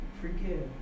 Forgive